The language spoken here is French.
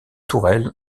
tourelle